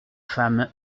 femme